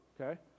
okay